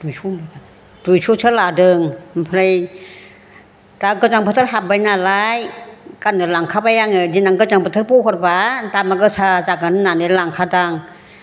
दुइस'सो लादों ओमफ्राय दा गोजां बोथोर हाबबायनालाय गाननो लांखाबाय आङो देनां गोजां बोथोर बहरबा दामा गोसा जागोन होननानै लांखादां